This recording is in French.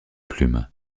plume